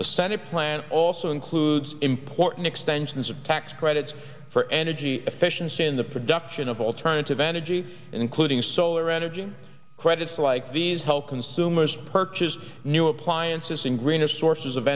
the senate plan also includes important extensions of tax credits for energy efficiency in the production of alternative energy including solar energy credits like these help consumers purchase new appliances and greener sources of